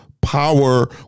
power